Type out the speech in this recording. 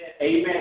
Amen